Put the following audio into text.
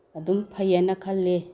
ꯑꯗꯨꯝ ꯐꯩ ꯍꯥꯏꯅ ꯈꯜꯂꯤ